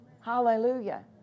Hallelujah